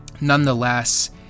Nonetheless